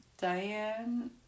Diane